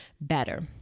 better